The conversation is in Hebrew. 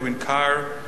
Edwin Carr,